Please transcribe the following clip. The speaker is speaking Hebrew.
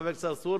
חבר הכנסת צרצור,